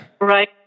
Right